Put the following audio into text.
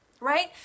right